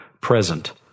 present